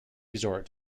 resort